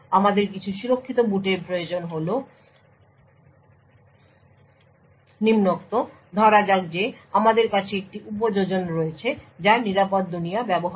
আমাদের কিছু সুরক্ষিত বুটের প্রয়োজনের কারণ হল নিম্নোক্ত ধরা যাক যে আমাদের কাছে একটি উপযোজন রয়েছে যা নিরাপদ দুনিয়া ব্যবহার করে